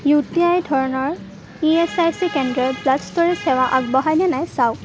U T I ধৰণৰ E S I C কেন্দ্ৰই blood storage সেৱা আগবঢ়ায় নে নাই চাওক